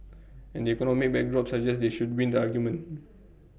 and the economic backdrop suggests they should win the argument